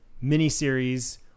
mini-series